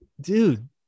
dude